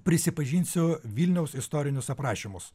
prisipažinsiu vilniaus istorinius aprašymus